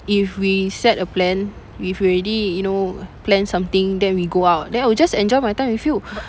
if we set a plan we've already you know plan something then we go out then I will just enjoy my time with you